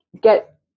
get